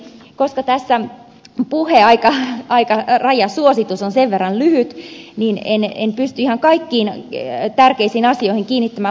koska tässä puheaikarajoitus on sen verran lyhyt niin en pysty ihan kaikkiin tärkeisiin asioihin kiinnittämään huomiota